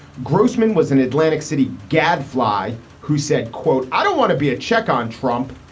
grossman was an atlantic city gadfly who said, quote, i don't want to be a check on trump.